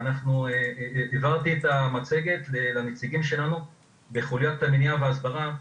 ואנחנו העברנו את המצגת לנציגים שלנו בחוליית המניעה וההסברה.